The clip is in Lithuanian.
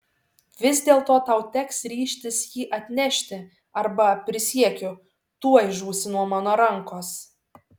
vis dėlto tau teks ryžtis jį atnešti arba prisiekiu tuoj žūsi nuo mano rankos